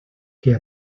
què